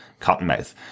Cottonmouth